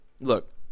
Look